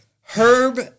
Herb